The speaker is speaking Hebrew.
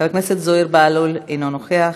חבר הכנסת זוהיר בהלול, אינו נוכח,